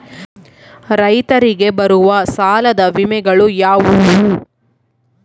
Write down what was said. ರೈತರಿಗೆ ಬರುವ ಸಾಲದ ವಿಮೆಗಳು ಯಾವುವು?